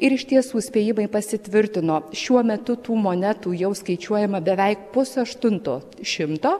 ir iš tiesų spėjimai pasitvirtino šiuo metu tų monetų jau skaičiuojama beveik pus aštunto šimto